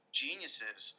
geniuses